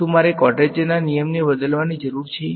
શું મારે કવાડ્રેચરના નિયમ બદલવાની જરૂર છે